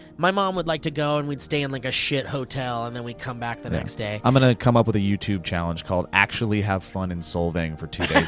my mom would like to go, and we'd stay in like a shit hotel and then we'd come back the next day. i'm gonna come up with like a youtube challenge called actually have fun in solvang for two days